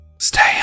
stay